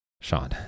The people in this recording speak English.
Sean